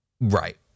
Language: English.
Right